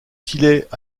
tillet